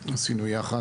עשינו יחד,